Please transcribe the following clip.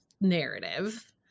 narrative